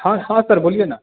हाँ हाँ सर बोलिए ना